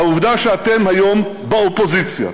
העובדה שאתם היום באופוזיציה.